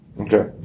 Okay